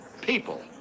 people